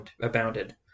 abounded